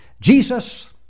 Jesus